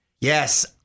Yes